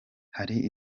hari